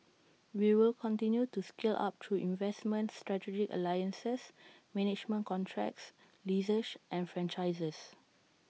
we will continue to scale up through investments strategic alliances management contracts leases and franchises